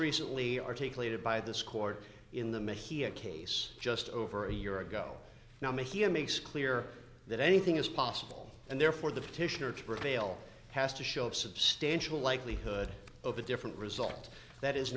recently articulated by this court in the mission he a case just over a year ago now make him makes clear that anything is possible and therefore the petitioner to prevail has to show up substantial likelihood of a different result that is